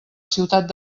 ciutat